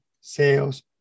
sales